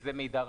וזה מידע רגיש.